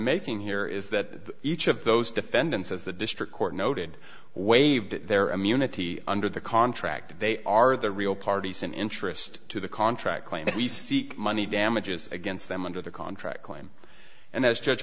making here is that each of those defendants as the district court noted waived their immunity under the contract they are the real parties in interest to the contract claim that we seek money damages against them under the contract claim and as judge